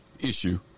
issue